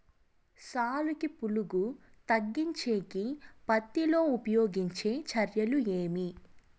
సాలుకి పులుగు తగ్గించేకి పత్తి లో ఉపయోగించే చర్యలు ఏమి?